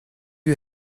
you